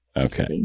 Okay